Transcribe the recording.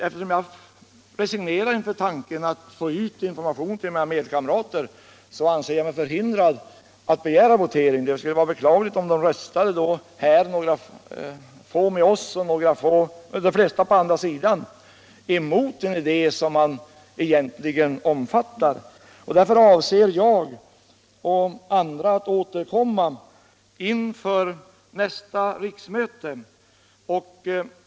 Eftersom jag resignerat inför tanken att få ut information till mina kamrater anser jag mig förhindrad att begära votering. Det skulle vara beklagligt om några få röstar med oss och de flesta på andra sidan, mot en idé som man egentligen omfattar. Därför avser jag och andra att ålerkomma med förslag inför nästa riksmöte.